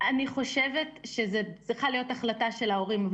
אני חושבת שזו צריכה להיות החלטה של ההורים,